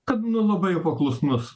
kad nu labai jau paklusnus